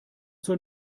zur